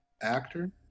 actor